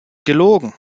gelogen